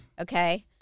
okay